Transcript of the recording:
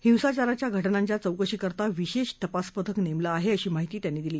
हिसाचाराच्या घटनांच्या चौकशीकरता विशेष तपास पथक नेमलं आहे अशी माहिती त्यांनी दिली